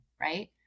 Right